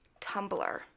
Tumblr